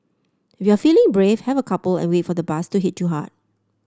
if you're feeling brave have a couple and wait for the buzz to hit you hard